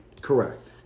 Correct